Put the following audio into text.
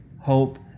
hope